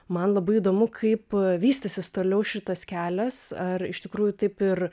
man labai įdomu kaip vystysis toliau šitas kelias ar iš tikrųjų taip ir